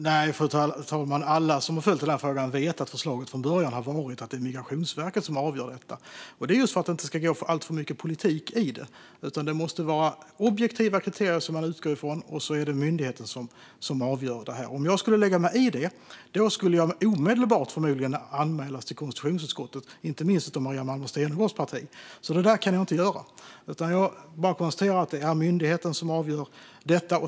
Fru talman! Nej, alla som följt den här frågan vet att förslaget från början har varit att det är Migrationsverket som avgör detta. Det är just för att det inte ska gå alltför mycket politik i det. Det måste vara objektiva kriterier man utgår från, och sedan är det myndigheten som avgör. Om jag skulle lägga mig i detta skulle jag förmodligen omedelbart anmälas till konstitutionsutskottet, inte minst av Maria Malmer Stenergards parti. Det kan jag alltså inte göra. Jag bara konstaterar att det är myndigheten som avgör detta.